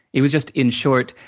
it was just, in short,